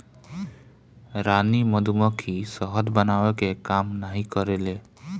रानी मधुमक्खी शहद बनावे के काम नाही करेले